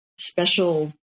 special